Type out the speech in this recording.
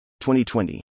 2020